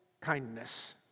kindness